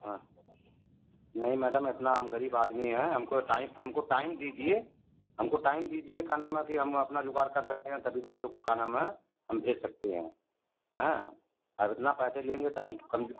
हाँ नहीं मैडम इतना हम गरीब आदमी हैं हमको टाइ हमको टाइम दीजिए हमको टाइम दीजिए का नाम है कि हम अपना जुगाड़ कर सकते हैं तभी बच्चों को का नाम है हम भेज सकते हैं हाँ अब इतना पैसे लेंगे तो हम कमज़ोर